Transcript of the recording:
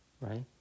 right